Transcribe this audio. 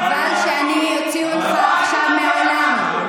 חבל שאני אוציא אותך עכשיו מהאולם.